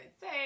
say